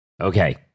Okay